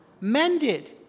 mended